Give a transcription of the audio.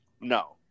No